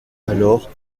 alors